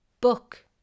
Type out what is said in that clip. book